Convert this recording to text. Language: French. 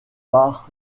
par